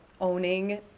owning